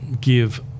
give